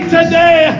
today